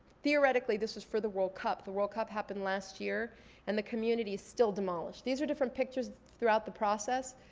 theoretically this was for the world cup. the world cup happened last year and the community's still demolished. these are different pictures throughout the process.